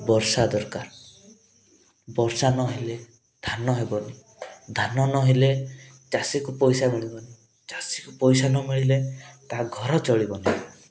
ବର୍ଷା ଦରକାର ବର୍ଷା ନ ହେଲେ ଧାନ ହେବନି ଧାନ ନ ହେଲେ ଚାଷୀକୁ ପଇସା ମିଳିବନି ଚାଷୀକୁ ପଇସା ନ ମିଳିଲେ ତାହା ଘର ଚଳିବନି